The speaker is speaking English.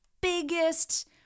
biggest